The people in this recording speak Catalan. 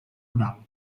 oral